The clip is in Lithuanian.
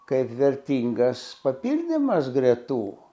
kaip vertingas papildymas gretų